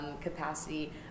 capacity